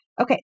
Okay